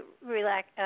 relax